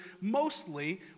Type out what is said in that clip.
mostly